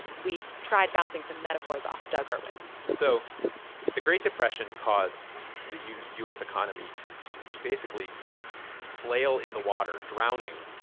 we tried bouncing some metaphors off doug irwin so the great depression caused the u u s. economy to to basically flail in the water drowning,